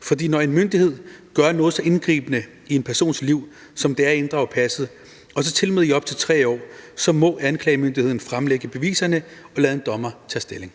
For når en myndighed gør noget så indgribende i en persons liv, som det er at inddrage passet – og så tilmed i op til 3 år – så må anklagemyndigheden fremlægge beviserne og lade en dommer tage stilling.